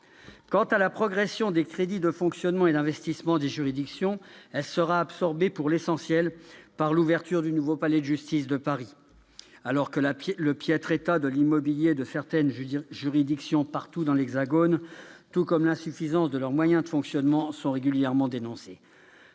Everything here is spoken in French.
Quant à la progression des crédits de fonctionnement et d'investissement des juridictions, elle sera absorbée, pour l'essentiel, par l'ouverture du nouveau palais de justice de Paris, alors que le piètre état de l'immobilier de certaines juridictions dans l'ensemble de l'Hexagone tout comme l'insuffisance de leurs moyens de fonctionnement sont régulièrement dénoncés.